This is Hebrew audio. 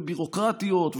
וביורוקרטיות,